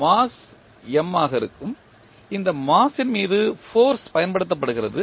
mass M இருக்கும் இந்த mass ன் மீது ஃபோர்ஸ் பயன்படுத்தப்படுகிறது